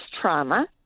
trauma